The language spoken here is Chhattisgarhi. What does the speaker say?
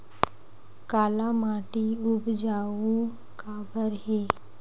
काला माटी उपजाऊ काबर हे?